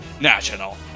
national